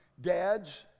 dads